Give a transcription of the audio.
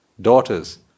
daughters